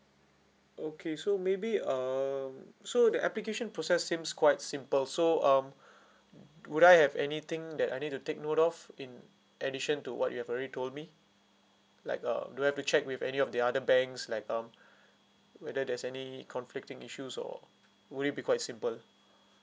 okay so maybe um so the application process seems quite simple so um would I have anything that I need to take note of in addition to what you have already told me like uh do I have to check with any of the other banks like um whether there's any conflicting issues or would it be quite simple